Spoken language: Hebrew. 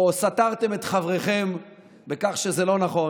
או סתרתם את חבריכם בכך שזה לא נכון,